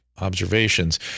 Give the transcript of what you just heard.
observations